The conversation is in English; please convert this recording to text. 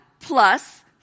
plus